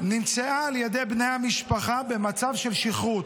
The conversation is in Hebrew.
נמצאה על ידי בני המשפחה במצב של שכרות.